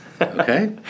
okay